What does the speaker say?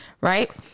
Right